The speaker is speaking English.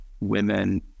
women